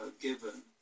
given